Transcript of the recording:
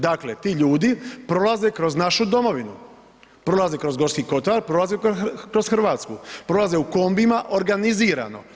Dakle ti ljudi prolaze kroz našu Domovinu, prolaze kroz Gorski kotar, prolaze kroz Hrvatsku, prolaze u kombijima ogranizirano.